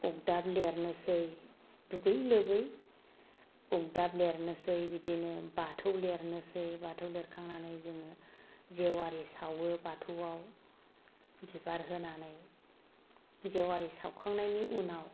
अरदाब लिरनोसै दुगैयै लोबै अरदाब लिरनोसै बिदिनो बाथौ लिरनोसै बाथौ लिरखांनानै जोङो जेवारि सावो बाथौवाव बिबार होनानै जेवारि सावखांनायनि उनाव